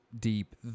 deep